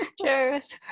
Cheers